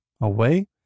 away